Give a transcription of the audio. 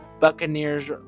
Buccaneers